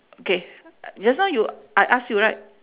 okay uh just now you I ask you right